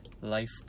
life